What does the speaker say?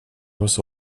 was